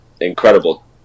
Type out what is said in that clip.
incredible